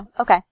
Okay